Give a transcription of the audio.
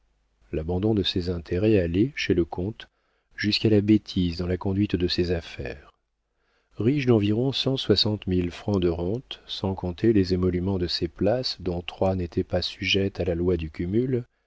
l'abandon de ses intérêts allait chez le comte jusqu'à la bêtise dans la conduite de ses affaires riche d'environ cent soixante mille francs de rentes sans compter les émoluments de ses places dont trois n'étaient pas sujettes à la loi du